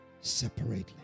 separately